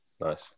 Nice